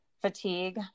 Fatigue